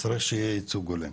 צריך שיהיה ייצוג הולם.